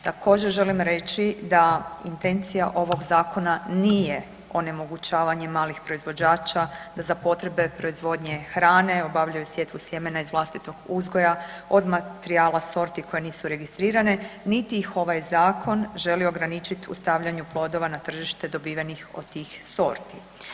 Također želim reći da intencija ovog zakona nije onemogućavanje malih proizvođača da za potrebe proizvodnje hrane obavljaju sjetvu sjemena iz vlastitog uzgoja od materijala sorti koje nisu registrirane niti ih ovaj zakon želi ograničit u stavljanju plodova na tržište dobivenih od tih sorti.